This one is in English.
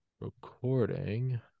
recording